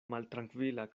maltrankvila